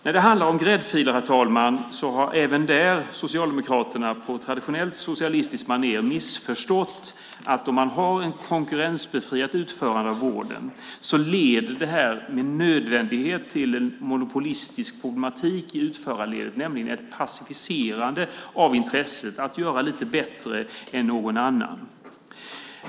När det handlar om gräddfiler, herr talman, har även där Socialdemokraterna på ett traditionellt socialistiskt manér missförstått att om man har ett konkurrensbefriat utförande av vården leder det med nödvändighet till en monopolistisk problematik i utförarledet, nämligen ett passiviserande av intresset att göra lite bättre än någon annan.